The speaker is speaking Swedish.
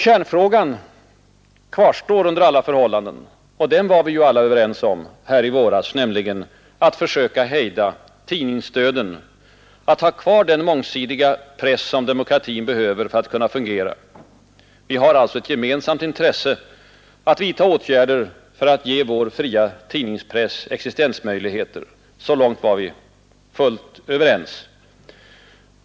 Kärnfrågan kvarstår under alla förhållanden — och den var vi ju alla överens om här i våras — nämligen att försöka hejda tidningsdöden, att ha kvar den mångsidiga press som demokratin behöver för att kunna fungera. Vi har alltså ett gemensamt intresse att vidta åtgärder för att ge vår fria tidningspress existensmöjligheter. Så långt var vi fullt överens.